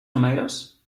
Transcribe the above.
tomatoes